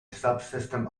subsystem